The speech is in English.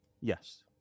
Yes